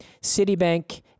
Citibank